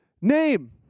name